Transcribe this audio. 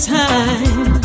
time